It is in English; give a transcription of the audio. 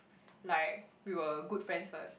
like we were good friends first